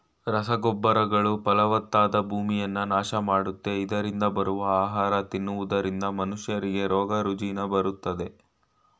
ರಸಗೊಬ್ಬರಗಳು ಫಲವತ್ತಾದ ಭೂಮಿಯನ್ನ ನಾಶ ಮಾಡುತ್ತೆ, ಇದರರಿಂದ ಬರುವ ಆಹಾರ ತಿನ್ನುವುದರಿಂದ ಮನುಷ್ಯರಿಗೆ ರೋಗ ರುಜಿನ ಬರುತ್ತೆ